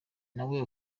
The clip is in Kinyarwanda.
nawe